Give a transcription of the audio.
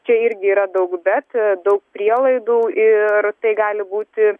čia irgi yra daug bet daug prielaidų ir tai gali būti